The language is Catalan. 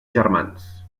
germans